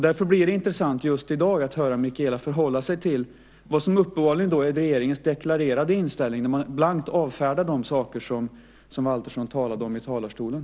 Därför blir det intressant att just i dag höra Mikaela förhålla sig till vad som uppenbarligen är regeringens deklarerade inställning när man blankt avfärdar de saker som Valtersson talade om i talarstolen.